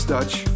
Dutch